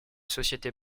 société